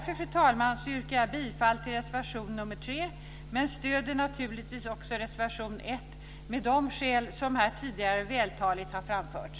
Fru talman! Jag yrkar därför bifall till reservation 3 men stöder naturligtvis också reservation 1 av skäl som här tidigare vältaligt har framförts.